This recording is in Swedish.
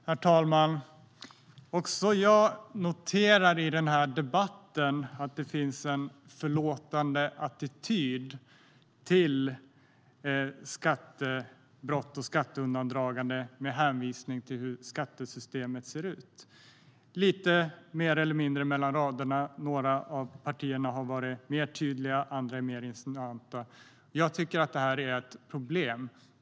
Herr talman! Också jag noterar i den här debatten att det finns en förlåtande attityd till skattebrott och skatteundandragande med hänvisning till hur skattesystemet ser ut. Lite mer eller mindre mellan raderna har några av partierna varit mer tydliga, andra mer insinuanta. Jag tycker att det här är ett problem.